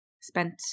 spent